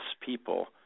people